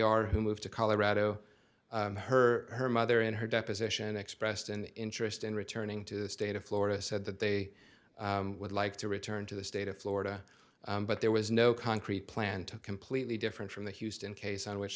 r who moved to colorado her her mother in her deposition expressed an interest in returning to the state of florida said that they would like to return to the state of florida but there was no concrete plan to completely different from the houston case on which